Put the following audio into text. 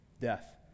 Death